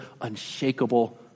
unshakable